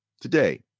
Today